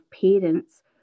parents